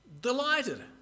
delighted